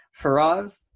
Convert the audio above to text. Faraz